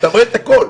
אתה רואה את הכל,